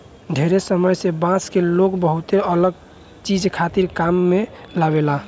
ढेरे समय से बांस के लोग बहुते अलग चीज खातिर काम में लेआवेला